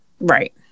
Right